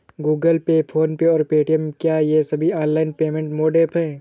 Google Pay PhonePe और पेटीएम क्या ये सभी ऑनलाइन पेमेंट मोड ऐप हैं?